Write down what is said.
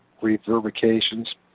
reverberations